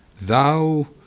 Thou